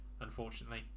unfortunately